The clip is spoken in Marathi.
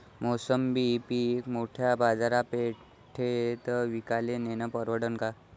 मोसंबी पीक मोठ्या बाजारपेठेत विकाले नेनं परवडन का?